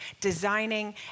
designing